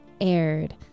aired